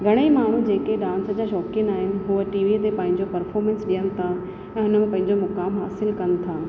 घणेई माण्हूं जेके डांस जा शौक़ीन आहिनि उहे टीवीअ ते पंहिंजो पर्फोर्मंस ॾियनि था ऐं उन में पंहिंजो मुक़ामु हासिलु कनि था